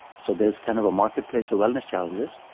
so there's kind of a marketplace of wellness challenges,